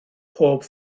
pob